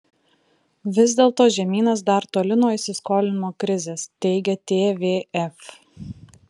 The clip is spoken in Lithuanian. vis dėlto žemynas dar toli nuo įsiskolinimo krizės teigia tvf